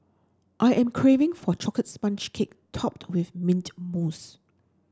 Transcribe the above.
I am craving for a chocolate sponge cake topped with mint mousse